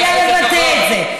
אלא לבטא את זה.